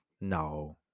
no